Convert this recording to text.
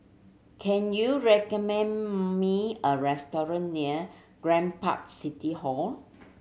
can you recommend me a restaurant near Grand Park City Hall